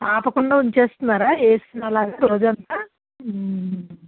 ఆపకుండా ఉంచుతున్నారా ఏసీని అలాగా రోజంతా